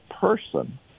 person